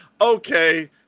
okay